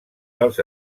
dels